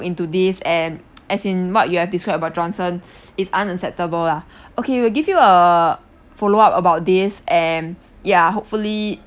into this and as in what you have described about johnson is unacceptable lah okay we'll give you a follow up about this and ya hopefully